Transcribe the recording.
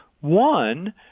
One